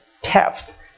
test